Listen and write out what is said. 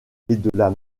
québec